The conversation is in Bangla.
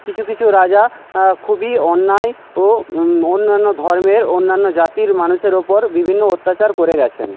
কিছু কিছু রাজা খুবই অন্যায় ও অন্যান্য ধর্মের অন্যান্য জাতির মানুষের ওপর বিভিন্ন অত্যাচার করে গেছেন